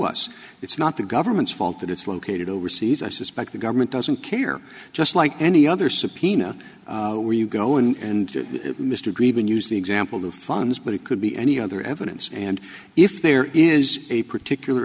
us it's not the government's fault that it's one created overseas i suspect the government doesn't care just like any other subpoena where you go and mr grieve and use the example who funds but it could be any other evidence and if there is a particular